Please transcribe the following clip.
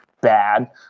bad